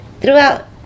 throughout